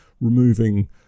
removing